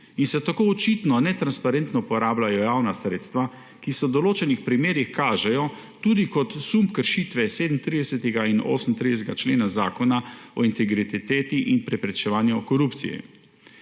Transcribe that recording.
in se tako očitno netransparentno porabljajo javna sredstva, ki se v določenih primerih kažejo tudi kot sum kršitve 37. in 38. člena Zakona o integriteti in preprečevanju korupcije.